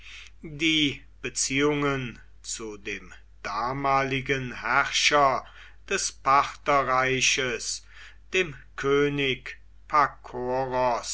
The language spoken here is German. die beziehungen zu dem damaligen herrscher des partherreiches dem könig